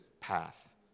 path